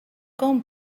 com